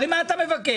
הרי מה אתה מבקש?